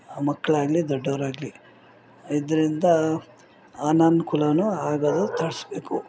ಮಕ್ಕಳಾಗ್ಲೀ ದೊಡ್ಡೋರಾಗ್ಲೀ ಇದ್ರಿಂದ ಅನಾನುಕೂಲನೂ ಆಗೋದು ತಡೆಸ್ಬೇಕು